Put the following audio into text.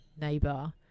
neighbor